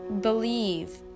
believe